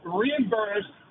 reimbursed